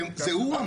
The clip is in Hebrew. זה מה שהוא אמר.